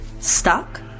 Stuck